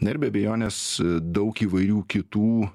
na ir be abejonės daug įvairių kitų